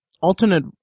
alternate